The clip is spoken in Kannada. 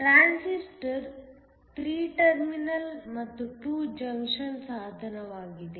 ಟ್ರಾನ್ಸಿಸ್ಟರ್ 3 ಟರ್ಮಿನಲ್ ಮತ್ತು 2 ಜಂಕ್ಷನ್ ಸಾಧನವಾಗಿದೆ